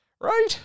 Right